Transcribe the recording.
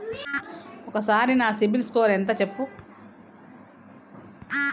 ఒక్కసారి నా సిబిల్ స్కోర్ ఎంత చెప్పు?